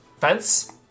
fence